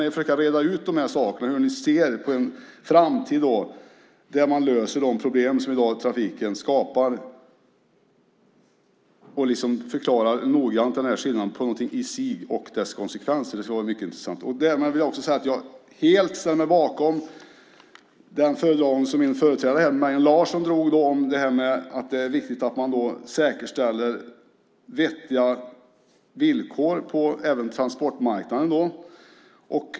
Kan ni försöka reda ut hur ni ser på en framtid där man löser de problem som trafiken skapar? Och kan ni noggrant förklara skillnaden mellan någonting i sig och dess konsekvenser? Det skulle vara mycket intressant. Jag vill också säga att jag helt ställer mig bakom den föredragning som min företrädare i talarstolen, Mejern Larsson, gjorde om att det är viktigt att säkerställa vettiga villkor även på transportmarknaden.